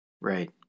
right